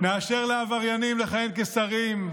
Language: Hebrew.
נאשר לעבריינים לכהן כשרים,